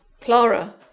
Clara